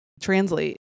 translate